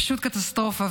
פשוט קטסטרופה.